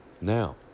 Now